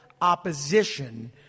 opposition